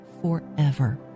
forever